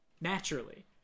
naturally